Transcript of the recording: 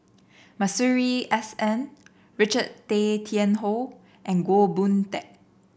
Masuri S N Richard Tay Tian Hoe and Goh Boon Teck